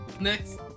Next